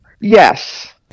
Yes